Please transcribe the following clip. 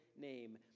name